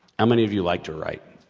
how many of you like to write?